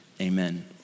Amen